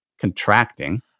contracting